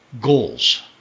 goals